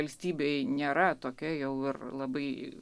valstybei nėra tokia jau ir labai